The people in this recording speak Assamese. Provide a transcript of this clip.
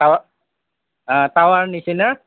তাৱা তাৱাৰ নিছিনা